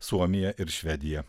suomiją ir švediją